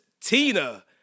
Tina